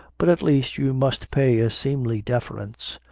but at least you must pay a seemly deference.